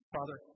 Father